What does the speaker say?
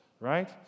right